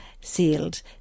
sealed